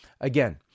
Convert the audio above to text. Again